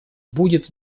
будет